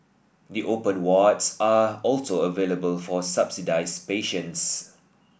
the open wards are also available for subsidised patients